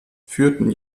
führten